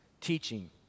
teaching